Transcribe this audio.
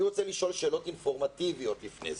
אני רוצה לשאול שאלות אינפורמטיביות לפני זה.